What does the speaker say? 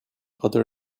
other